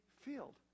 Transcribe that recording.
field